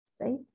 right